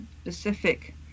specific